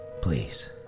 Please